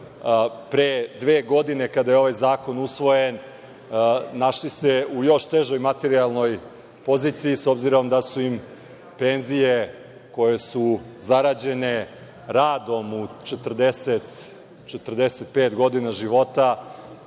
pre dve godine, kada je ovaj zakon usvojen, našli u još težoj materijalnoj poziciji, s obzirom da su im penzije, koje su zarađene radom u 40, 45 godina života,